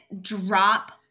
drop